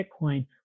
Bitcoin